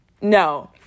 No